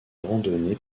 randonnée